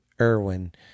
Irwin